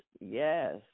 Yes